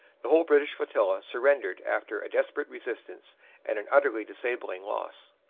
the whole british flotilla surrendered after a desperate resistance and an utterly disabling loss.